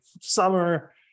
Summer